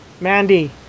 Mandy